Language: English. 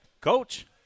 Coach